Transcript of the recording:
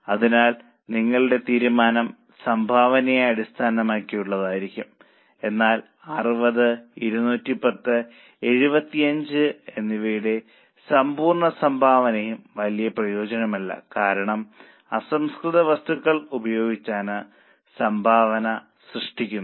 അതിനാൽ നമ്മളുടെ തീരുമാനം സംഭാവനയെ അടിസ്ഥാനമാക്കിയുള്ളതായിരിക്കും എന്നാൽ 60 210 75 എന്നിവയുടെ സമ്പൂർണ്ണ സംഭാവനയും വലിയ പ്രയോജനമല്ല കാരണം അസംസ്കൃത വസ്തുക്കൾ ഉപയോഗിച്ചാണ് സംഭാവന സൃഷ്ടിക്കുന്നത്